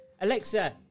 Alexa